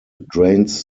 drains